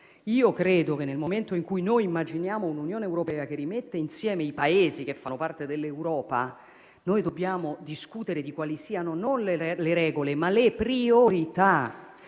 Io credo che nel momento in cui noi immaginiamo un'Unione europea che rimette insieme i Paesi che fanno parte dell'Europa, dobbiamo discutere di quali siano non le regole ma le priorità: